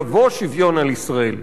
יבוא שוויון על ישראל.